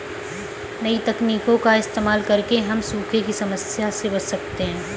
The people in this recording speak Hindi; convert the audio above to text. नई तकनीकों का इस्तेमाल करके हम सूखे की समस्या से बच सकते है